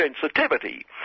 sensitivity